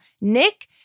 Nick